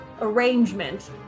arrangement